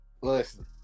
Listen